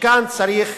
שכאן צריך